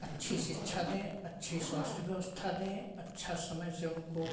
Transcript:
अच्छी शिक्षा दें अच्छी स्वास्थ्य व्यवस्था दें अच्छा समय से उनको